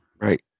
Right